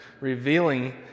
revealing